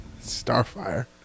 Starfire